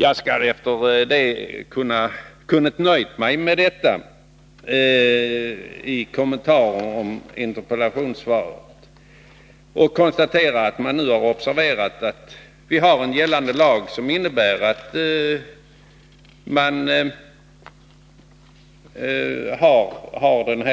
Jag skulle ha kunnat nöja mig med det anförda som kommentar till interpellationssvaret och konstatera att man nu har observerat att vi har en gällande lag, som innebär att hänsyn